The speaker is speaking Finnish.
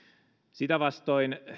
sitä vastoin